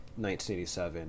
1987